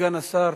סגן השר